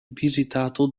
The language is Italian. visitato